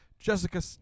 Jessica